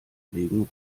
wegen